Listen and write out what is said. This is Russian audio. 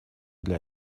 для